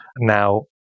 now